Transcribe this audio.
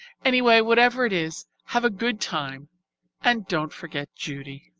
anyway, whatever it is, have a good time and don't forget judy.